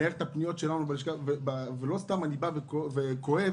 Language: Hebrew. אני לא סתם כואב